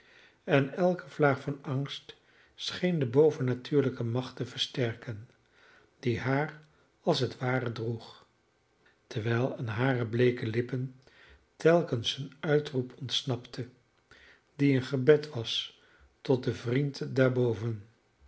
en elke vlaag van angst scheen de bovennatuurlijke macht te versterken die haar als het ware droeg terwijl aan hare bleeke lippen telkens een uitroep ontsnapte die een gebed was tot den vriend